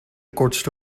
kortste